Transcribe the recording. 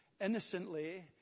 innocently